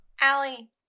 Allie